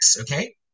okay